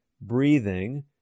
breathing